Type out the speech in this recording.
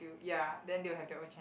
ya then they will have their own